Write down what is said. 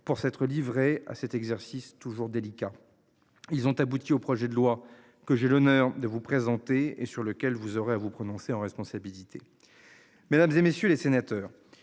pour s'être livré à cet exercice toujours délicat. Ils ont abouti au projet de loi que j'ai l'honneur de vous présenter et sur lequel vous aurez à vous prononcer en responsabilité. Mesdames, et messieurs les sénateurs.